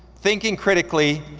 thinking critically,